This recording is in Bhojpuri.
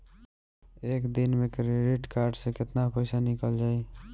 एक दिन मे क्रेडिट कार्ड से कितना पैसा निकल जाई?